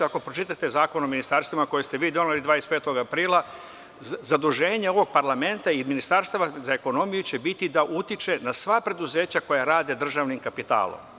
Ako pročitate Zakon o ministarstvima, koji ste vi doneli 25. aprila, zaduženje ovog parlamenta i Ministarstva za ekonomiju će biti da utiče na sva preduzeća koja rade državnim kapitalom.